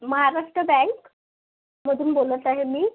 महाराष्ट्र बँकमधून बोलत आहे मी